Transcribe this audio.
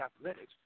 athletics